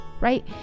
right